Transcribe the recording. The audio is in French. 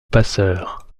passeur